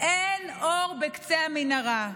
אין אור בקצה המנהרה.